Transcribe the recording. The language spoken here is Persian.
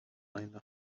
پایینها